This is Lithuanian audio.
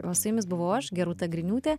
o su jumis buvau aš gerūta griniūtė